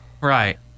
Right